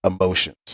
emotions